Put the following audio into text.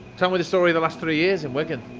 tell me the story of the last three years in wigan.